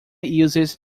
uses